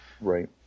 Right